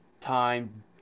time